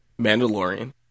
Mandalorian